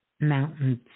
mountains